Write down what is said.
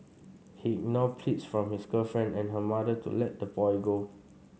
he ignored pleas from his girlfriend and her mother to let the boy go